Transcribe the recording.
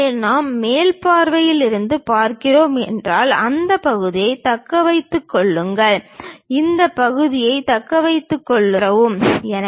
எனவே நாம் மேல் பார்வையில் இருந்து பார்க்கிறீர்கள் என்றால் இந்த பகுதியை தக்க வைத்துக் கொள்ளுங்கள் இந்த பகுதியை தக்க வைத்துக் கொள்ளுங்கள் இதை அகற்றவும்